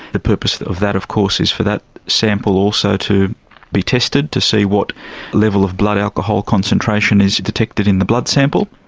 the purpose of that of course is for that sample also to be tested to see what level of blood alcohol concentration is detected in the blood sample.